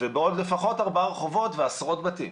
ובעוד לפחות בארבעה רחובות ובעשרות בתים,